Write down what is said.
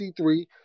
C3